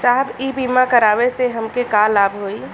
साहब इ बीमा करावे से हमके का लाभ होई?